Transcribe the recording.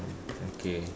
okay